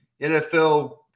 NFL